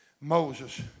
Moses